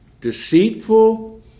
deceitful